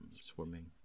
swimming